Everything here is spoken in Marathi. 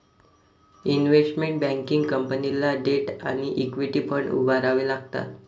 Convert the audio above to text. इन्व्हेस्टमेंट बँकिंग कंपनीला डेट आणि इक्विटी फंड उभारावे लागतात